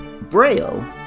Braille